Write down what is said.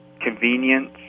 convenience